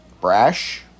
Brash